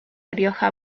rioja